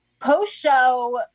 post-show